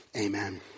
Amen